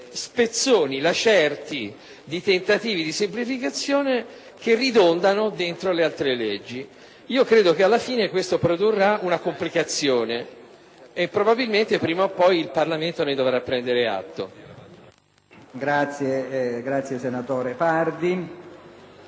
spezzoni e lacerti di tentativi di semplificazione che ridondano all'interno di altre leggi. Credo che alla fine ciò produrrà una complicazione e probabilmente prima o poi il Parlamento ne dovrà prendere atto.